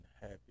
happy